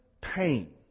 pain